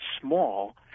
small